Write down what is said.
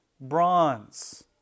bronze